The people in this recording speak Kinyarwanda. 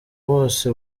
bose